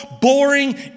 boring